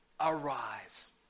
arise